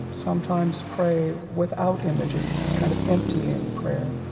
sometimes pray without images, a kind of emptying prayer.